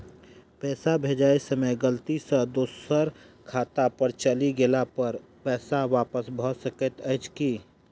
पैसा भेजय समय गलती सँ दोसर खाता पर चलि गेला पर ओ पैसा वापस भऽ सकैत अछि की?